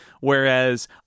Whereas